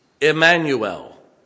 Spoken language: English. Emmanuel